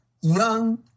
young